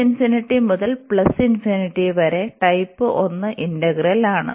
∞ മുതൽ വരെ type 1 integral ആണ്